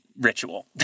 ritual